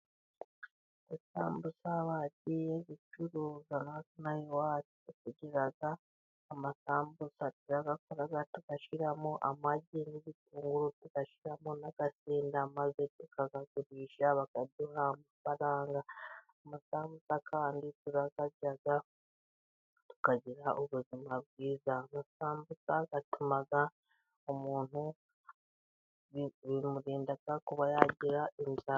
Isambusa bagiye gucuruza, natwe ino aha iwacu tugira amasambusa, turayakora tugashyiramo amagi n'ibitunguru tugashyiramo n'agasinda, maze tukayagurisha bakaduha amafaranga. Amasambusa kandi turayarya tukagira ubuzima bwiza, amasambusa atuma umuntu bimurinda kuba yagira inzara.